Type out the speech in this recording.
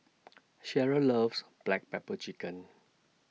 Sheryl loves Black Pepper Chicken